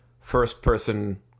first-person